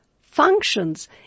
functions